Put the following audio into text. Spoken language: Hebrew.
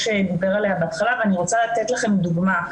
דיבר עליה בהתחלה ואני רוצה לתת לכם דוגמה.